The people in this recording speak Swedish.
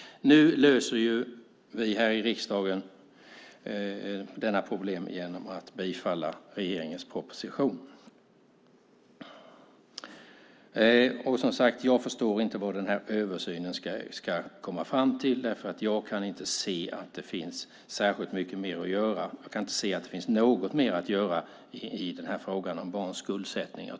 Nu löser vi i riksdagen detta problem genom att bifalla regeringens proposition. Jag förstår inte vad översynen ska komma fram till. Jag kan inte se att det finns något mer att göra i frågan om barns skuldsättning.